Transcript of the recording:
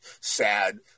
Sad